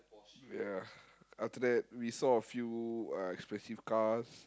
ya after that we saw a few uh expensive cars